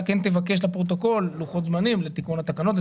כן תבקש לפרוטוקול לוחות זמנים לתיקון התקנות.